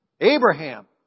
Abraham